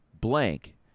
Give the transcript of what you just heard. blank